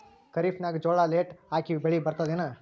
ಖರೀಫ್ ನಾಗ ಜೋಳ ಲೇಟ್ ಹಾಕಿವ ಬೆಳೆ ಬರತದ ಏನು?